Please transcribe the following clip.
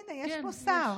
הינה, יש פה שר.